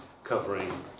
covering